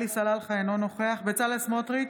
עלי סלאלחה, אינו נוכח בצלאל סמוטריץ'